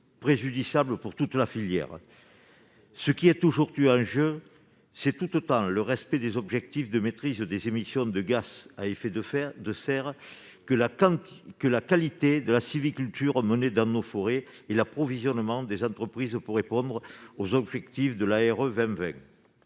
préjudiciable à toute la filière. Ce qui est aujourd'hui en jeu, c'est tout autant le respect des objectifs de maîtrise des émissions de gaz à effet de serre que la qualité de la sylviculture menée dans nos forêts et l'approvisionnement des entreprises pour répondre aux objectifs de la